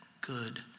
good